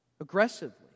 aggressively